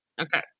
Okay